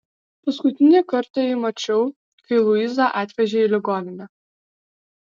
paskutinį kartą jį mačiau kai luizą atvežė į ligoninę